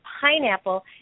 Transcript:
pineapple